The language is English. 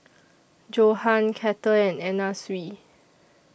Johan Kettle and Anna Sui